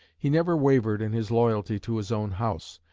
he never wavered in his loyalty to his own house,